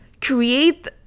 create